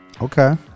Okay